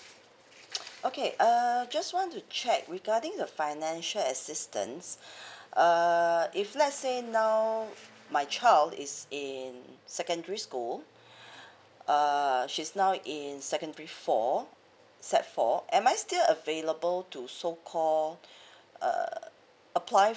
okay uh just want to check regarding the financial assistance uh if let's say now my child is in secondary school err she's now in secondary four sec four am I still available to so call err apply